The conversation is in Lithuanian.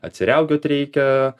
atsiriaugėt reikia